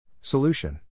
Solution